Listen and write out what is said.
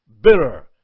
bitter